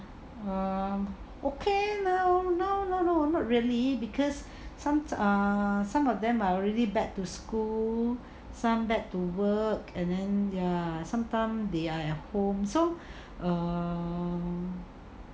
um okay lah now no no no no not really because some uh some of them are already back to school some back to work and then ya sometime they are at home so err